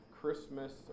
Christmas